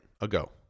ago